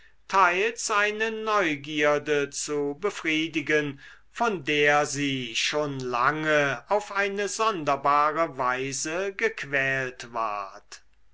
teils eine neugierde zu befriedigen von der sie schon lange auf eine sonderbare weise gequält ward